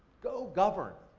go govern.